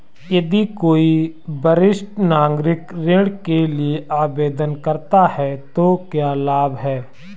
यदि कोई वरिष्ठ नागरिक ऋण के लिए आवेदन करता है तो क्या लाभ हैं?